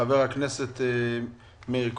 חבר הכנסת מאיר כהן.